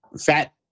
fat